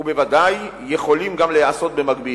ובוודאי יכולים גם להיעשות במקביל.